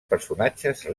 personatges